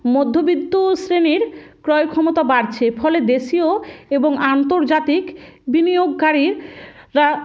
মধ্যবিত্ত শ্রেণীর ক্রয় ক্ষমতা বাড়ছে ফলে দেশীয় এবং আন্তর্জাতিক বিনিয়োগকারী